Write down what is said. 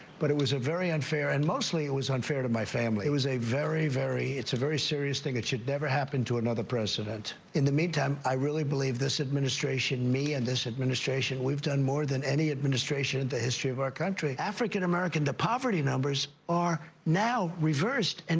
but it was a very unfair and mostly it was unfair to my family. it was a very, very it's a very serious thing. it should never happen to another president. in the meantime, i really believe this administration me and this administration we've done more than any administration in the history of our country. african-american the poverty numbers are now reversed, and